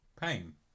pain